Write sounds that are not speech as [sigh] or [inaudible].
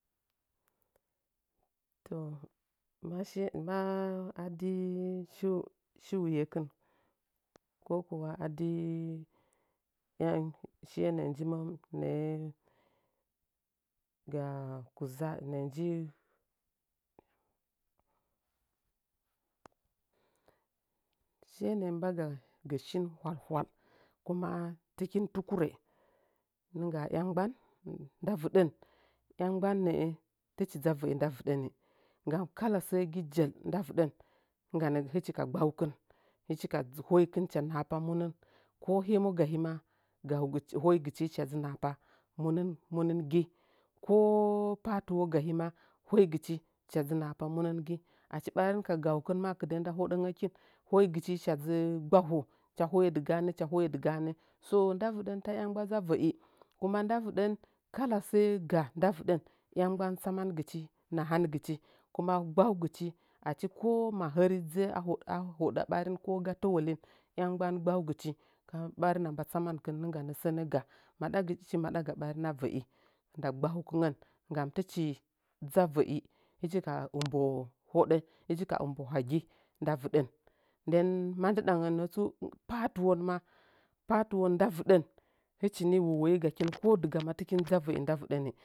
To ma shi ma adi shi wuyekin kokuma adi iyam shiye nəə njiməm nəə ga kuza nəə nji [hesitation] shiye nəə mbaga gə shin hwal hwal kuma tɨkin tukurə nəngga a yammgban nda vɨɗən iyammagban nəə tɨch dzɨ a vəi nda vɨɗau gam kala sagɨ jel nda vɨdəu ɨngganɗ hɨchi ka gban kini hɨchi ka hoikɨn hɨcha nahapa mu gahima ko hemo gahɨmagau hicha dzɨ nah apa munɨu munɨu gi ko patuwo gahi ma hoigɨchi hɨcha dzɨ nah munɨngt achi ɓarin ka gaukɨn hɨchi ka hoikɨn hɨcha nahapa mul gahima ko hemo gahɨma gau hicha dzɨ nahapa munɨu munɨu gi ko patuwo gahi ma hoigɨchi hɨcha dzɨ nah munɨngt achi ɓarin ka gaukɨn ma kɨdah nda hoɗangə kɨn hoigɨ chi hicha dzɨ gbaho hɨcha hoye dɨganə hɨcha hoye diganə so nda viɗən ta iyammgbam tsamagɨchi nahangɨchi kuma gbagɨchi achi ko mahən dzəə a hoɗə ɓarin ko ga tə wolin iyammgban gbangɨchi kaa ɓarin a mba tsamankɨn nɨngganə sənə gaa hɨchi maɗaga ɓarin a uəi nda gbauking ən gam bɨch dit a vəi hɨchi ka ɨmbo hoɗə hɨchi ka ɨmbo hagi nda viɗəu hitchini wowoye gakɨn kodigama tɨkin dzɨ a va'i nda vɨɗanni.